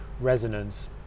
resonance